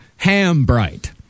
Hambright